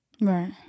Right